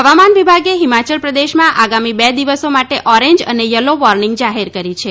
હવામાન વિભાગે હિમાચલ પ્રદેશમાં આગામી બે દિવસો માટે ઓરેન્જ અને યલો વોર્નિંગ જાહેર કરી છે